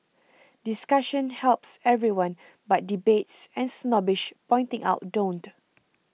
discussion helps everyone but debates and snobbish pointing out don't